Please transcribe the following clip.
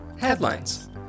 Headlines